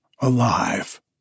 alive